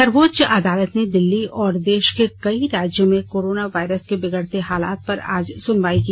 सर्वोच्च अदालत ने दिल्ली और देश के कई राज्यों में कोरोना वायरस के बिगड़ते हालात पर आज सुनवाई की